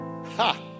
Ha